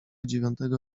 dziewiątego